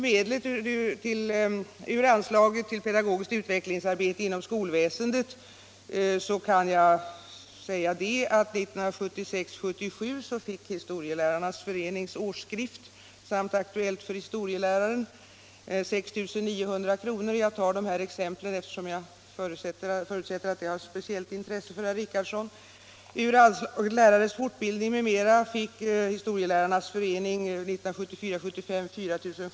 Beträffande anslaget till Pedagogiskt utvecklingsarbete inom skolväsendet kan jag nämna att Historielärarnas förenings årsskrift och Aktuellt för historieläraren fick 6 900 kr. för budgetåret 1976/77. Jag tar de ex 27 emplen, eftersom jag förutsätter att de är av speciellt intresse för herr Richardson. Från anslaget till Lärares fortbildning m.m. fick Historielärarnas förening 4 775 kr.